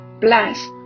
bless